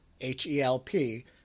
H-E-L-P